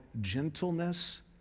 gentleness